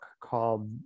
called